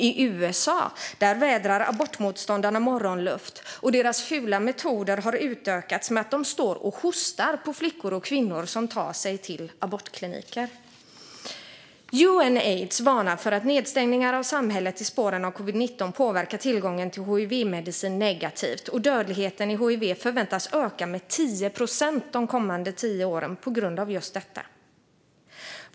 I USA vädrar abortmotståndarna morgonluft, och deras fula metoder har utökats med att de står och hostar på flickor och kvinnor som tar sig till abortkliniker. Unaids varnar för att nedstängningar av samhället i spåren av covid-19 påverkar tillgången till hivmedicin negativt, och dödligheten i hiv förväntas öka med 10 procent de kommande fem åren på grund av just detta.